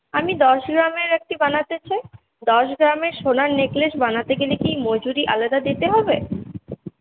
আমি দশ গ্রামের একটি বানাতে চাই দশ গ্রামের সোনার নেকলেস বানাতে গেলে কি মজুরি আলাদা দিতে হবে